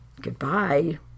Goodbye